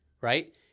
right